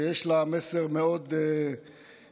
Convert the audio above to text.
שיש לה מסר מאוד בעייתי.